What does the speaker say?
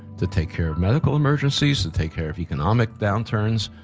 to take care of medical emergencies, to take care of economic downturns,